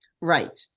Right